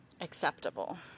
acceptable